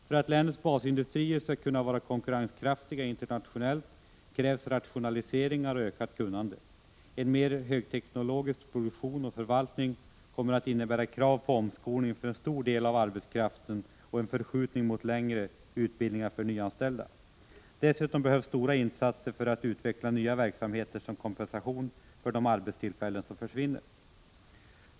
För att länets basindustrier skall kunna vara konkurrenskraftiga internationellt krävs rationaliseringar och ökat kunnande. En mer högteknologisk produktion och förvaltning kommer att innebära krav på omskolning för en stor del av arbetskraften och en förskjutning mot längre utbildningar för nyanställda. Dessutom behövs stora insatser för att utveckla nya verksamheter som kompensation för de arbetstillfällen som försvinner.